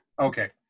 Okay